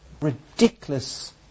ridiculous